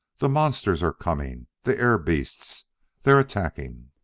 the monsters are coming the air-beasts they are attacking!